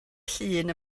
llun